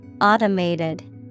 Automated